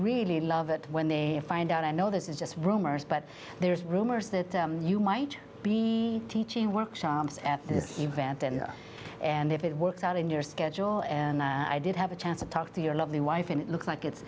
really love it when they find out i know this is just rumors but there's rumors that you might be teaching workshops at this event and and if it works out in your schedule and i did have a chance to talk to your lovely wife and it looks like it's